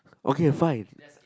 okay fine